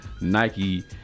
Nike